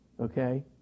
Okay